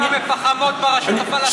מה עם המפחמות ברשות הפלסטינית,